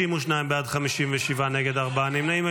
בעד, 57 נגד, ארבעה נמנעים.